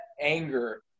anger